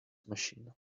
machine